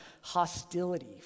hostility